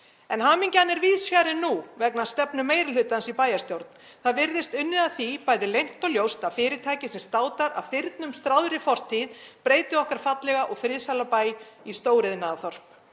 en hamingjan er víðs fjarri nú vegna stefnu meiri hlutans í bæjarstjórn. Það virðist unnið að því bæði leynt og ljóst að fyrirtæki sem státar af þyrnum stráðri fortíð breyti okkar fallega og friðsæla bæ í stóriðnaðarþorp.